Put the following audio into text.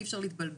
אי אפשר להתבלבל.